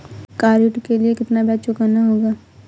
Car ऋण के लिए कितना ब्याज चुकाना होगा?